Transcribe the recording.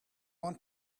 want